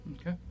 Okay